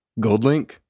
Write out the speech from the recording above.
Goldlink